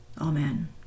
Amen